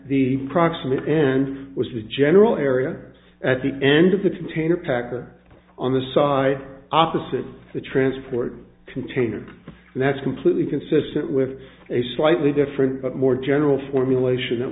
the proximate end was the general area at the end of the container packer on the side opposite the transport container and that's completely consistent with a slightly different but more general formulat